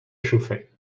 chauffait